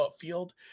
field